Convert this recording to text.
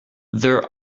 there